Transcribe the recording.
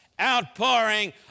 outpouring